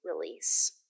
release